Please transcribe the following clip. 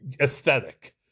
aesthetic